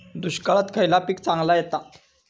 दुष्काळात खयला पीक चांगला येता?